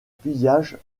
pillage